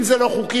אם זה לא חוקי,